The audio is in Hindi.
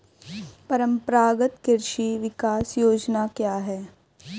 परंपरागत कृषि विकास योजना क्या है?